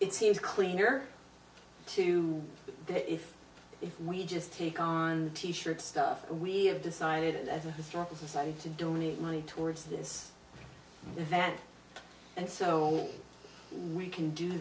it seems cleaner to if we just take on t shirt stuff we have decided as a historical society to donate money towards this that and so we can do